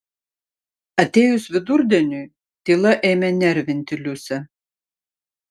atėjus vidurdieniui tyla ėmė nervinti liusę